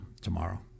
Tomorrow